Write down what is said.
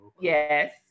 Yes